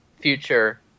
future